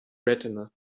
retina